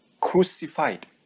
Crucified